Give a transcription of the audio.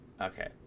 Okay